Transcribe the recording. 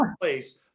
place